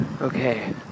Okay